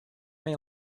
may